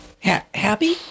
happy